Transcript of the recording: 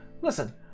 Listen